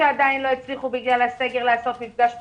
שעדיין לא הצליחו לעשות בגלל בסדר מפגש פרונטלי,